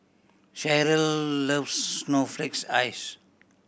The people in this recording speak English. Cheryl loves snowflake ice